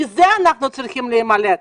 מזה אנחנו צריכים להימלט.